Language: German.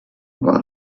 war